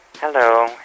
Hello